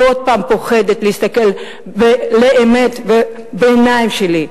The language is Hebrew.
היא עוד פעם פוחדת להסתכל לאמת ובעיניים שלי,